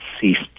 ceased